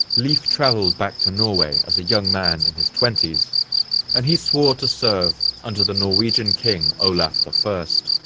leif travelled back to norway as a young man in his twenty s and he swore to serve under the norwegian king olaf the first.